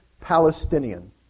Palestinian